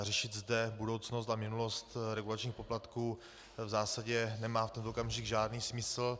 Řešit zde budoucnost a minulost regulačních poplatků v zásadě nemá v tento okamžik žádný smysl.